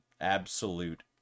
absolute